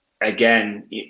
again